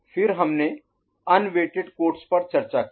फिर हमने अन्वेहटेड कोड्स पर चर्चा की